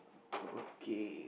okay